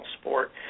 sport